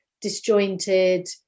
disjointed